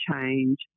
change